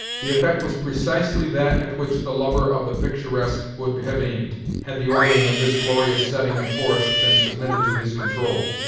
the effect was precisely that at which the lover of the picturesque would have aimed, had the ordering of this glorious setting of forest been submitted to his control.